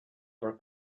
for